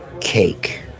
cake